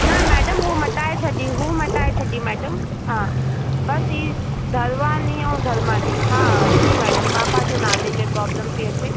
न मैडम हू मटाए छॾी हू मटाए छॾी मैडम हा बसि ही धरवानी ऐं धरमानी हा जी मैडम पापा जे नाले में प्रॉब्लम थी अचे